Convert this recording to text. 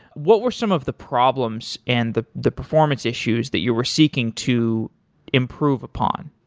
what were some of the problems and the the performance issues that you were seeking to improve upon?